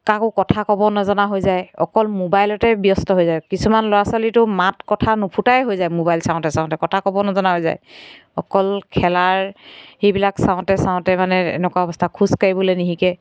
কাকো কথা ক'বও নজনা হৈ যায় অকল মোবাইলতে ব্যস্ত হৈ যায় কিছুমান ল'ৰা ছোৱালীতো মাত কথা নুফুটাই হৈ যায় মোবাইল চাওঁতে চাওঁতে কথা ক'ব নজনা হৈ যায় অকল খেলাৰ সেইবিলাক চাওঁতে চাওঁতে মানে এনেকুৱা অৱস্থা খোজ কাঢ়িবলৈ নিশিকে